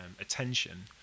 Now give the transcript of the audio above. attention